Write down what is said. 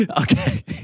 Okay